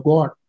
God